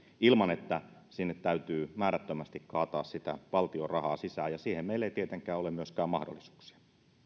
ilman että sinne täytyy määrättömästi kaataa sitä valtion rahaa sisään ja siihen meillä ei tietenkään ole myöskään mahdollisuuksia